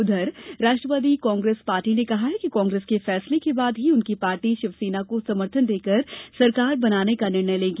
उधर राष्ट्रवादी कांग्रेस पार्टी ने कहा है कि कांग्रेस के फैसले के बाद ही उनकी पार्टी शिवसेना को समर्थन देकर सरकार बनाने का निर्णय लेगी